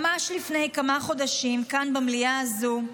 ממש לפני כמה חודשים, כאן, במליאה הזו,